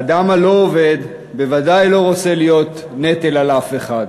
האדם הלא-עובד בוודאי לא רוצה להיות נטל על אף אחד.